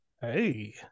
Hey